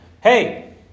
Hey